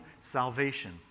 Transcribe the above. salvation